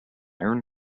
iron